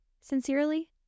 Sincerely